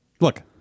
Look